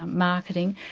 marketing,